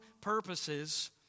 purposes